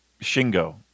Shingo